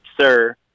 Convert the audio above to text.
sir